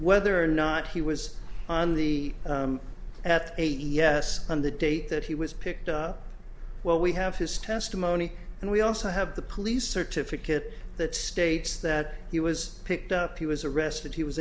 whether or not he was on the at a yes on the date that he was picked up well we have his testimony and we also have the police certificate that states that he was picked up he was arrested he was